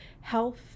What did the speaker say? health